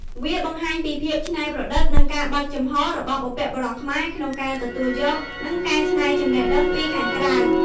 វាបង្ហាញពីភាពច្នៃប្រឌិត និងការបើកចំហររបស់បុព្វបុរសខ្មែរក្នុងការទទួលយក និងកែច្នៃចំណេះដឹងពីខាងក្រៅ។